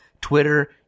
Twitter